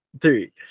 three